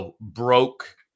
broke